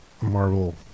Marvel